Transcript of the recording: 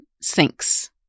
sinks